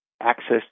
access